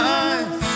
eyes